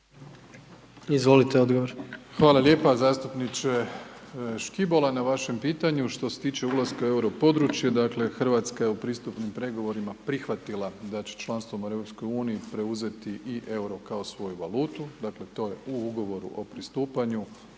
Andrej (HDZ)** Hvala lijepo zastupniče Škibola na vašem pitanju. Što se tiče ulaska u Europodručje, dakle, RH je u pristupnim pregovorima prihvatila da će članstvom u EU preuzeti i EUR-o kao svoju valutu, dakle, to je u Ugovoru o pristupanju,